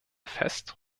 fest